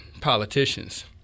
politicians